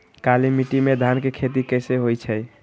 काली माटी में धान के खेती कईसे होइ छइ?